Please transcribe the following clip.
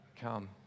come